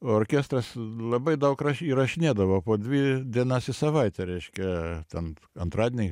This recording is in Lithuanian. orkestras labai daug rašy įrašinėdavo po dvi dienas į savaitę reiškia ten antradienį